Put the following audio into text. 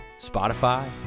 Spotify